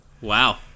Wow